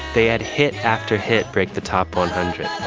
they had hit after hit break the top one hundred